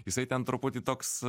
jisai ten truputį toks